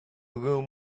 room